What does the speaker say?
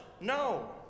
No